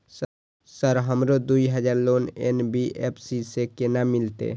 Sir हमरो दूय हजार लोन एन.बी.एफ.सी से केना मिलते?